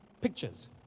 pictures